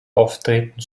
auftreten